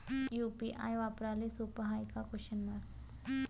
UPI वापराले सोप हाय का?